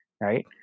right